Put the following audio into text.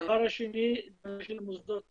הדבר השני מוסדות ציבור,